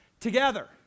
together